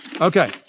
Okay